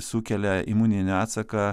sukelia imuninį atsaką